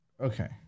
okay